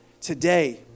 today